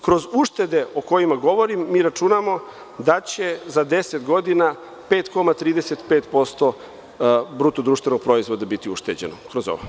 Kroz uštede o kojima govorim, mi računamo da će za 10 godina 5,35% bruto-društvenog proizvoda biti ušteđeno kroz ovo.